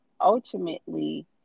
ultimately